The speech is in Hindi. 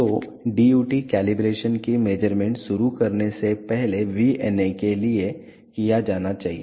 तो DUT कैलिब्रेशन की मेज़रमेंट शुरू करने से पहले VNA के लिए किया जाना चाहिए